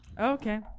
Okay